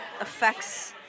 affects